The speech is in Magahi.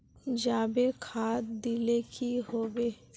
जाबे खाद दिले की होबे?